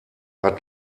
hat